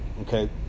okay